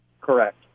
Correct